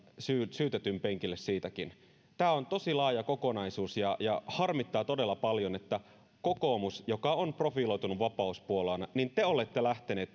syytetyn penkille siitäkin tämä on tosi laaja kokonaisuus ja ja harmittaa todella paljon että te kokoomus joka on profiloitunut vapauspuolueena olette lähteneet